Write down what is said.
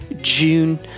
June